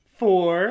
four